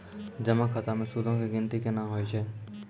जमा खाता मे सूदो के गिनती केना होय छै?